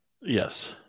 Yes